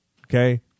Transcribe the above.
okay